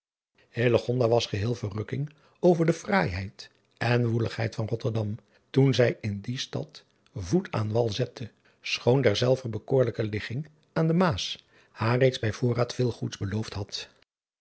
was geheel verrukking over de fraaiheid en woeligheid van otterdam toen zij in die stad voet aan wal zette schoon derzelver bekoorlijke ligging aan de aas haar reeds bij voorraad veel goeds beloofd had